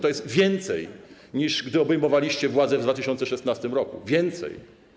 To jest więcej, niż gdy obejmowaliście władzę w 2016 r. Więcej.